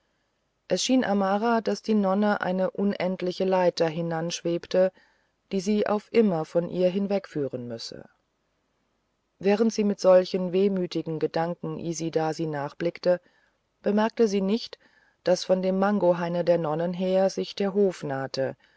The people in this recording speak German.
schien amara daß die nonne eine unendliche leiter hinanschwebte die sie auf immer von ihr hinwegführen müsse während sie mit solchen wehmütigen gedanken isidasi nachblickte bemerkte sie nicht daß von dem mangohaine der nonnen her sich der hof nahte